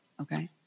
okay